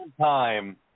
time